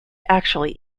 actually